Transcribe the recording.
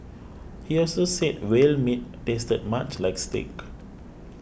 he also said whale meat tasted much like steak